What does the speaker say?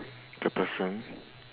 the person